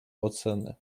oceny